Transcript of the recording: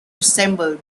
resembled